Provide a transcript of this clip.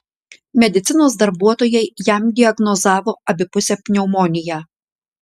medicinos darbuotojai jam diagnozavo abipusę pneumoniją